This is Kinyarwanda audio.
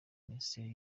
minisiteri